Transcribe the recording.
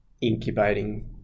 incubating